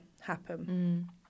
happen